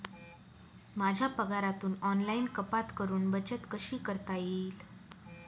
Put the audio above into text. माझ्या पगारातून ऑनलाइन कपात करुन बचत कशी करता येईल?